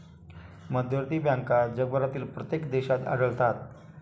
मध्यवर्ती बँका जगभरातील प्रत्येक देशात आढळतात